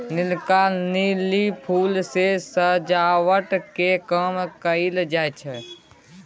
नीलका lily फुल सँ सजावट केर काम कएल जाई छै